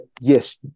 yes